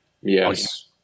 Yes